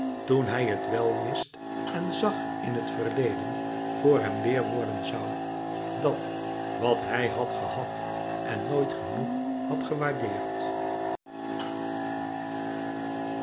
toen hij het wel wist en zag in het verleden voor hem weêr worden zoû dat wat hij had gehad en nooit genoeg had gewaardeerd